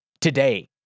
today